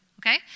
okay